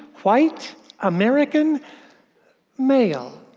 white american male.